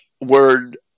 word